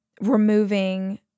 removing